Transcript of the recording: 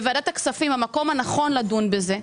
ועדת הכספים היא המקום הנכון לדון בזה.